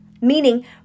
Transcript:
Meaning